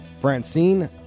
Francine